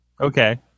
Okay